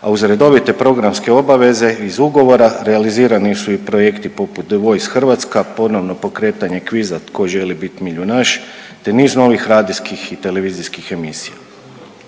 a uz redovite programske obaveze iz ugovora, realizirani su i projekti poput The voice Hrvatska, ponovno pokretanje kviza Tko želi biti milijunaš? te niz novih radijskih i televizijskih emisija.